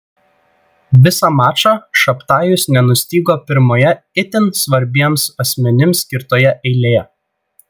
visą mačą šabtajus nenustygo pirmoje itin svarbiems asmenims skirtoje eilėje